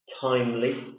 timely